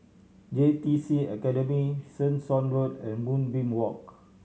J T C Academy Tessensohn Road and Moonbeam Walk